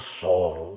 soul